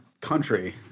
country